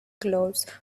gloves